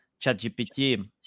ChatGPT